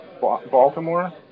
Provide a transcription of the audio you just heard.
Baltimore